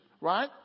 right